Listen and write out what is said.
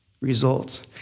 results